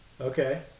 Okay